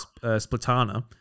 Splatana